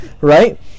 right